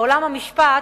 עולם המשפט